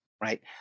right